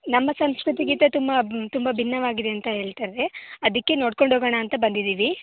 ನಮ್ಮ ಸಂಸ್ಕೃತಿಗಿಂತ ತುಂಬ ತುಂಬ ಭಿನ್ನವಾಗಿದೆ ಅಂತ ಹೇಳ್ತಾರೆ ಅದಕ್ಕೆ ನೋಡಿಕೊಂಡು ಹೋಗೋಣ ಅಂತ ಬಂದಿದ್ದೀವಿ